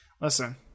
listen